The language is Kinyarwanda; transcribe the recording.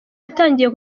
yatangiye